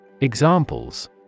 Examples